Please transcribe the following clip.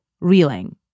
reeling